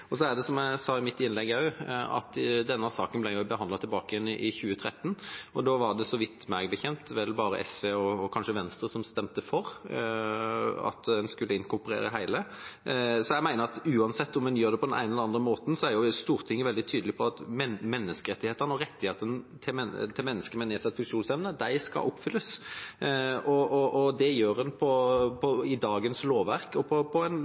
Som jeg sa i mitt innlegg også, ble denne saken behandlet i 2013, og da var det vel – så vidt jeg vet – bare SV og kanskje Venstre som stemte for at en skulle inkorporere hele konvensjonen. Uansett om en gjør det på den ene eller den andre måten, er Stortinget veldig tydelig på at menneskerettighetene og rettighetene til mennesker med nedsatt funksjonsevne skal oppfylles. Det gjør en i dagens lovverk, og det gjør en på en god måte. Jeg mener at når det gjelder det som Stortinget vedtok da, og